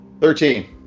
thirteen